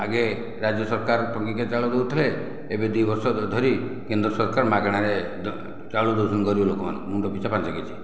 ଆଗେ ରାଜ୍ୟ ସରକାର ଟଙ୍କିକିଆ ଚାଉଳ ଦେଉଥିଲେ ଏବେ ଦୁଇ ବର୍ଷ ଧରି କେନ୍ଦ୍ର ସରକାର ମାଗେଣାରେ ଚାଉଳ ଦେଉଛନ୍ତି ଗରିବ ଲୋକମାନଙ୍କୁ ମୁଣ୍ଡ ପିଛା ପାଞ୍ଚ କେଜି